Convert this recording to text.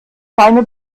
keine